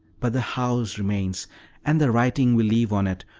but the house remains and the writing we leave on it,